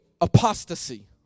Apostasy